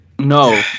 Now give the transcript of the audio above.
No